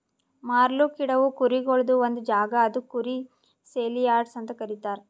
ಮಾರ್ಲುಕ್ ಇಡವು ಕುರಿಗೊಳ್ದು ಒಂದ್ ಜಾಗ ಅದುಕ್ ಕುರಿ ಸೇಲಿಯಾರ್ಡ್ಸ್ ಅಂತ ಕರೀತಾರ